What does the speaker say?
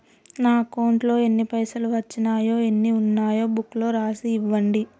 నా అకౌంట్లో ఎన్ని పైసలు వచ్చినాయో ఎన్ని ఉన్నాయో బుక్ లో రాసి ఇవ్వండి?